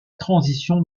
transition